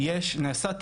יש תהליך שנעשה,